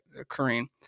occurring